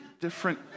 Different